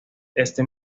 este